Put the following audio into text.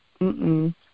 -mm